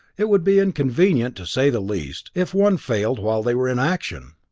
it would be inconvenient, to say the least, if one failed while they were in action.